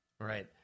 right